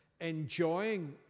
enjoying